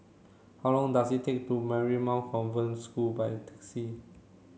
how long does it take to Marymount School by taxi